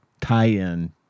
tie-in